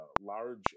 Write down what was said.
large